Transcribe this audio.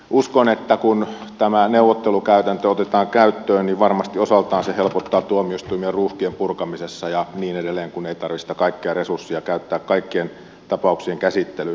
uskon että kun tämä neuvottelukäytäntö otetaan käyttöön niin varmasti osaltaan se helpottaa tuomioistuimia ruuhkien purkamisessa ja niin edelleen kun ei tarvitse sitä kaikkea resurssia käyttää kaikkien tapauksien käsittelyyn